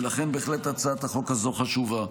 ולכן, בהחלט, הצעת החוק הזו חשובה.